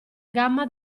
gamma